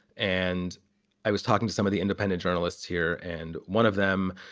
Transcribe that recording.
and i was talking to some of the independent journalists here, and one of them,